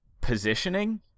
positioning